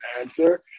answer